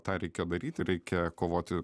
tą reikia daryti reikia kovoti